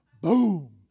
Boom